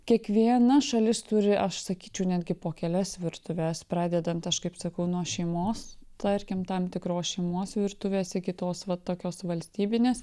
kiekviena šalis turi aš sakyčiau netgi po kelias virtuves pradedant aš kaip sakau nuo šeimos tarkim tam tikros šeimos virtuvės iki tos vat tokios valstybinės